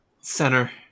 center